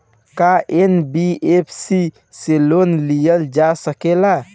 का एन.बी.एफ.सी से लोन लियल जा सकेला?